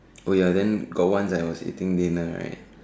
oh ya then got once I was eating dinner right